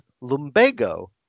lumbago